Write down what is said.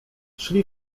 szli